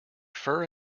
fur